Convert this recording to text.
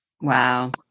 Wow